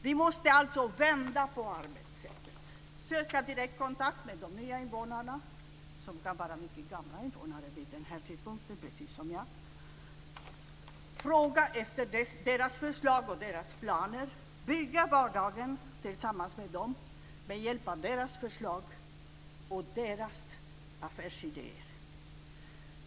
Vi måste alltså vända på arbetssättet och söka direktkontakt med de nya invånarna, som kan vara mycket gamla invånare, precis som jag, vid den här tidpunkten, fråga efter deras förslag och deras planer, bygga vardagen tillsammans med dem med hjälp av deras förslag och deras affärsidéer.